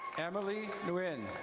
emily nguyen.